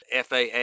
FAA